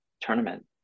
tournament